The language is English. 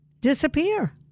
disappear